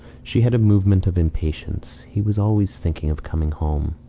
she had a movement of impatience. he was always thinking of coming home.